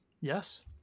Yes